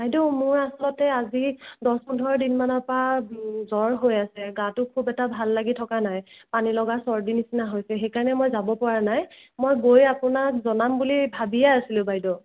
বাইদেউ মোৰ আচলতে আজি দহ পোন্ধৰ দিনৰ পৰা জ্বৰ হৈ আছে গাটো খুব এটা ভাল লাগি থকা নাই পানী লগা চৰ্দি নিচিনা হৈছে সেইকাৰণে মই যাব পৰা নাই মই গৈ আপোনাক জনাম বুলি ভাবিয়ে আছিলো বাইদেউ